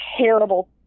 terrible